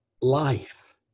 life